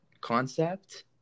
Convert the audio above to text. concept